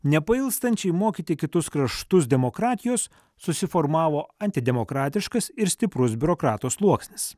nepailstančiai mokyti kitus kraštus demokratijos susiformavo antidemokratiškas ir stiprus biurokrato sluoksnis